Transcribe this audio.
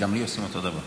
גם לי עושים אותו דבר.